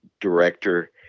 director